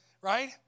right